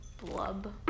blub